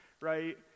right